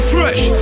Fresh